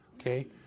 okay